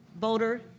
voter